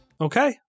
Okay